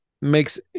makes